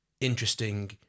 interesting